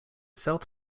south